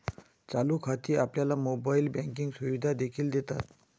चालू खाती आपल्याला मोबाइल बँकिंग सुविधा देखील देतात